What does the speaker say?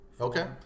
Okay